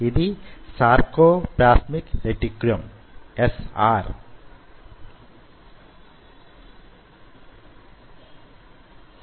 ఇది sarcoplasmic reticulum అయితే